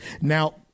now